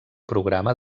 programa